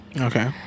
okay